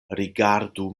rigardu